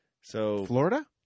Florida